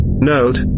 Note